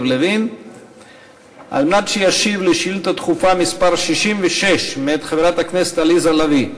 לוין כדי שישיב על שאילתה דחופה מס' 66 מאת חברת הכנסת עליזה לביא.